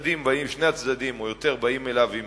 ששני הצדדים או יותר באים אליו עם